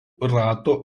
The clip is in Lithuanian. rato